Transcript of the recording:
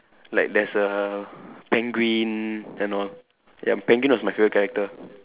like there's a penguin and all ya penguin was my favourite character